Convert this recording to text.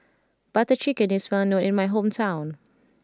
Butter Chicken is well known in my hometown